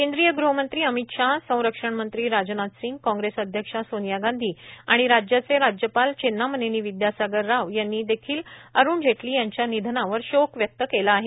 केंद्रीय गृहमंत्री अमित शहा संरक्षण मंत्री राजनाथ सिंग आणि कॉंग्रेस अध्यक्षा सोनिया गांधी आणि राज्याचे राज्यपाल चेन्नामनेनी विद्यासागर राव यांनी देखील अरूण जेटली यांच्या निधनावर शोक व्यक्त केला आहे